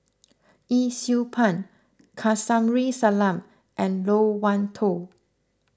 Yee Siew Pun Kamsari Salam and Loke Wan Tho